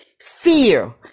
fear